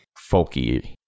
Folky